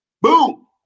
Boom